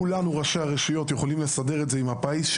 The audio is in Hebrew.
כולנו ראשי הרשויות יכולים לסדר את זה עם מפעל הפיס,